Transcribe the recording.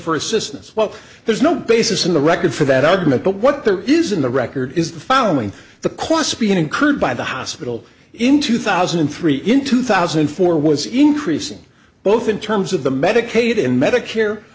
for assistance well there's no basis in the record for that argument but what there is in the record is the following the cost being incurred by the hospital in two thousand and three in two thousand and four was increasing both in terms of the medicaid and medicare